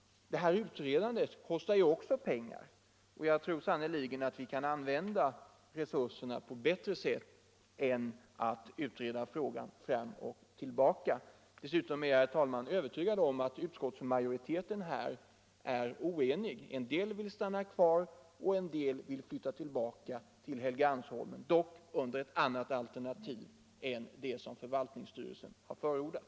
Utredandet kostar också pengar. Jag tror sannerligen att vi kan använda resurserna på bättre sätt än till att utreda frågan fram och tillbaka. Dessutom är jag, herr talman, övertygad om att utskottsmajoriteten i själva verket är oenig. En del av den vill stanna kvar här och en del vill flytta till Helgeandsholmen, men föredrar ett annat alternativ än det som förvaltningsstyrelsen förordat.